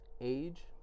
Age